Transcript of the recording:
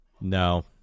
No